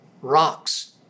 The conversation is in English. Rocks